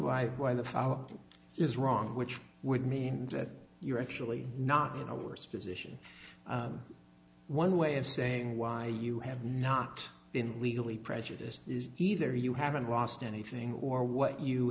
why why the foul is wrong which would mean that you're actually not in a worse position one way of saying why you have not been legally prejudiced is either you haven't lost anything or what you